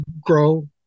grow